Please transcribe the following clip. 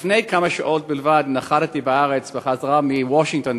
לפני כמה שעות בלבד נחתי בארץ בחזרה מוושינגטון,